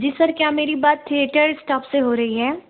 जी sir क्या मेरी बात थियेटर इस्टाफ़ से हो रही है